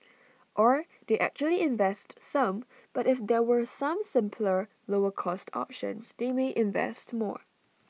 or they actually invest some but if there were some simpler lower cost options they may invest more